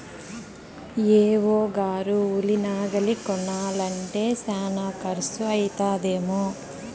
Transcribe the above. AO గారు ఉలి నాగలి కొనాలంటే శానా కర్సు అయితదేమో